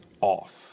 off